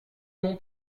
mon